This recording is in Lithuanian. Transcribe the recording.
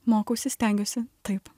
mokausi stengiuosi taip